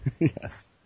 Yes